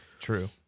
True